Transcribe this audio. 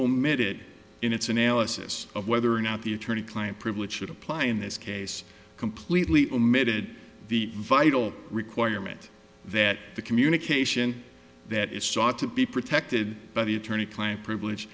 omitted in its analysis of whether or not the attorney client privilege should apply in this case completely omitted the vital requirement that the communication that is sought to be protected by the attorney client privilege